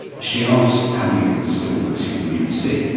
she asked how many of them still consume the bbc,